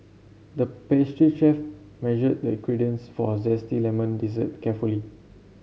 the pastry chef measured the ingredients for a zesty lemon dessert carefully